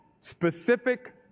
specific